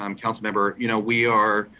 um council member. you know we are,